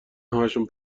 همشون